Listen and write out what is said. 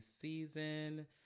season